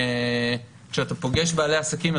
כשאתה פוגש בעלי עסקים,